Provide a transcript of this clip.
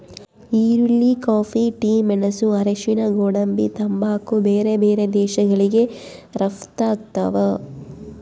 ಈರುಳ್ಳಿ coffee tea ಮೆಣಸು ಅರಿಶಿಣ ಗೋಡಂಬಿ ತಂಬಾಕು ಬೇರೆ ಬೇರೆ ದೇಶಗಳಿಗೆ ರಪ್ತಾಗ್ತಾವ